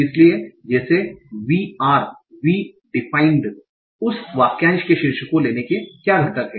इसलिए जैसे we are we defined उस वाक्यांश के शीर्ष को लेने के क्या घटक हैं